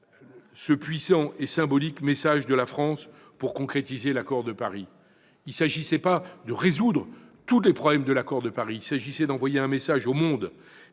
ce puissant et symbolique message de la France pour concrétiser l'accord de Paris. Il ne s'agissait pas de résoudre tous les problèmes, mais d'envoyer un message au monde.